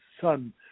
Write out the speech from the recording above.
son